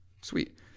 Sweet